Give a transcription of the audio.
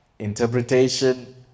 Interpretation